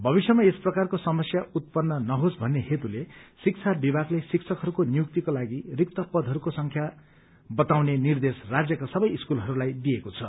भविष्यमा यस प्रकारको समस्या उत्पन्न नहोस यसैकारण शिक्षा विभागले शिक्षकहरूको नियुक्तिको लागि रिक्त पदहरूको संख्या बताउने निर्देश राज्यका सवै स्कूलहरूलाई दिएको छ